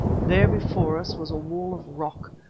there before us was a wall of rock,